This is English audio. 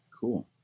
Cool